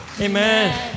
Amen